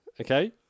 Okay